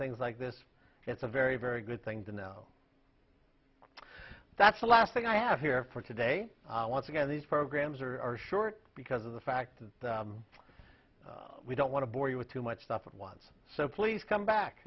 things like this it's a very very good thing to know that's the last thing i have here for today once again these programs are short because of the fact that we don't want to bore you with too much stuff at once so please come